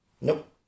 Nope